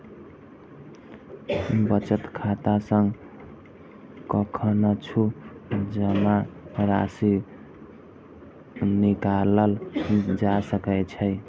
बचत खाता सं कखनहुं जमा राशि निकालल जा सकै छै